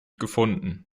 gefunden